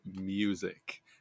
music